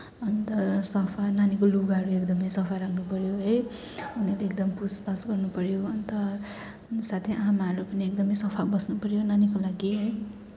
अन्त सफा नानीको लुगाहरू एकदमै सफा राख्नु पऱ्यो है अनि एकदम पुछपाछ गर्नु पऱ्यो अन्त साथै आमाहरू पनि एकदमै सफा बस्नु पऱ्यो नानीको लागि है